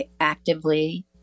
actively